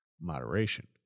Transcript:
moderation